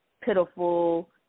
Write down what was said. pitiful